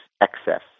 excess